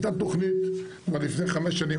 הייתה תכנית כבר לפני חמש שנים,